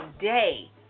day